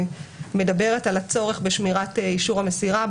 מדברת על הצורך בשמירת אישור המסירה.